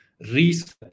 reset